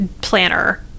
planner